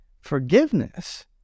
forgiveness